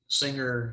singer